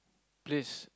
place